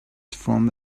from